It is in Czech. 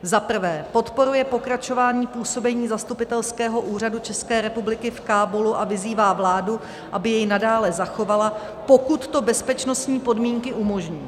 1. podporuje pokračování působení zastupitelského úřadu České republiky v Kábulu a vyzývá vládu, aby jej nadále zachovala, pokud to bezpečnostní podmínky umožní;